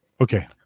Okay